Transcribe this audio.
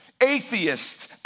Atheists